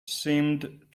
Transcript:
seemed